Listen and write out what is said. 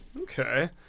Okay